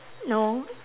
no